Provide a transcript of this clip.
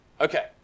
okay